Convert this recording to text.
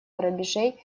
грабежей